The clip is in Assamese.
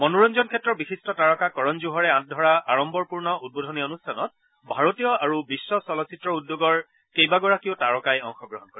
মনোৰঞ্জন ক্ষেত্ৰৰ বিশিষ্ট তাৰকা কৰণ জোহৰে আঁত ধৰা আড়ম্বৰপূৰ্ণ উদ্বোধনী অনুষ্ঠানত ভাৰতীয় আৰু বিশ্ব চলচ্চিত্ৰ উদ্যোগৰ কেইবাগৰাকীও তাৰকাই অংশগ্ৰহণ কৰে